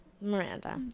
Miranda